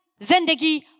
Zendegi